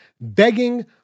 begging